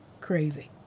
crazy